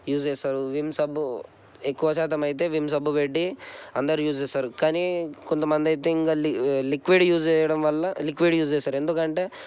use చేస్తారు Vim సబ్బు ఎక్కువ శాతం అయితే విమ్ సబ్బు పెట్టి అందరు యూజ్ చేస్తారు కానీ కొంతమంది అయితే ఇంకా లిక్విడ్ యూజ్ చేయడం వల్ల లిక్విడ్ యూజ్ చేస్తారు ఎందుకంటే